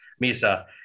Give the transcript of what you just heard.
Misa